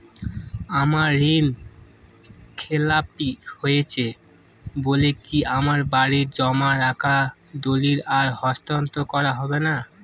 আমার ঋণ খেলাপি হয়েছে বলে কি আমার বাড়ির জমা রাখা দলিল আর হস্তান্তর করা হবে না?